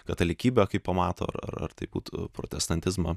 katalikybę kai pamato ar ar tai būtų protestantizmą